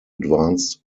advanced